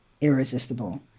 irresistible